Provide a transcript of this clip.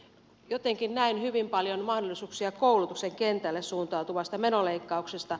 jotenkin näen hyvin paljon mahdollisuuksia koulutuksen kentälle suuntautuvasta menoleikkauksesta